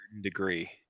degree